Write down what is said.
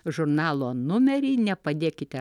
žurnalo numerį nepadėkite